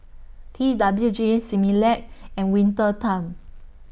T W G Similac and Winter Time